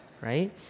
right